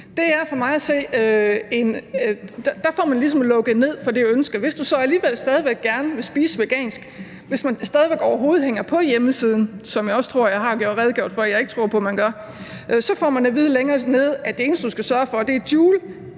Det er for mig at se ligesom at lukke ned for det ønske. Hvis man så alligevel stadig væk gerne vil spise vegansk, og hvis man så stadig væk overhovedet bliver hængende på hjemmesiden – hvad jeg også tror jeg har redegjort for at jeg ikke tror på man gør – får man at vide længere nede, at det eneste, man skal sørge for, er joule,